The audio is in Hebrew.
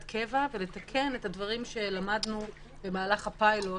קבע ולתקן את הדברים שלמדנו במהלך הפיילוט,